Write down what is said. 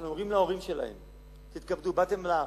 אנחנו אומרים להורים שלהם: תתכבדו, באתם לארץ,